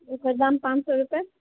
एकर दाम पाँच सए रुपैआ